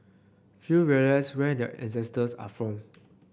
few realise where their ancestors are from